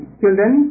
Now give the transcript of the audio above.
children